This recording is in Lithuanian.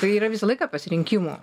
tai yra visą laiką pasirinkimų